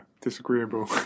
disagreeable